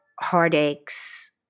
heartaches